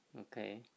okay